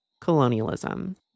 colonialism